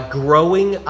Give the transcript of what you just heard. growing